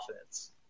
offense